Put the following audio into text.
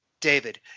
David